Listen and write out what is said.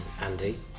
Andy